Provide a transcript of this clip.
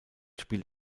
spielt